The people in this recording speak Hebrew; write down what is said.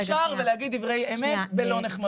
רגע שנייה -- עדיף להיות ישר ולהגיד דברי אמת בלא נחמדות,